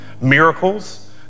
miracles